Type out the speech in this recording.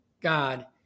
God